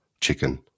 chicken